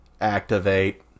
Activate